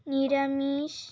নিরামিষ